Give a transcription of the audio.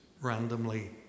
randomly